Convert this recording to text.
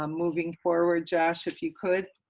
um moving forward, josh, if you could.